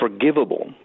forgivable